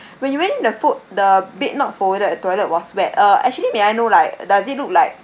when you went in the fo~ the bed not folded toilet was wet uh actually may I know like does it look like